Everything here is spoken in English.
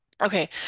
Okay